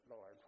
Lord